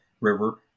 river